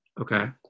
Okay